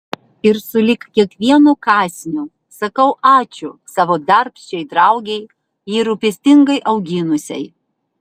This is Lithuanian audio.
ir sulig kiekvienu kąsniu sakau ačiū savo darbščiai draugei jį rūpestingai auginusiai